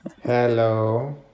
Hello